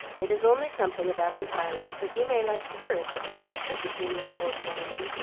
it is only something about this island, but you may like to hear it just now, said the genial old gentleman,